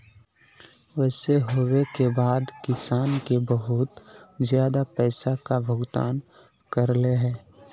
ऐसे होबे के बाद किसान के बहुत ज्यादा पैसा का भुगतान करले है?